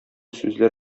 сүзләр